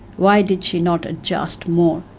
why did she not adjust more?